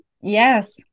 Yes